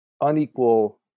unequal